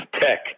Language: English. Tech